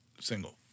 single